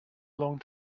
long